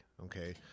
Okay